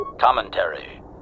commentary